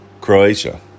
Croatia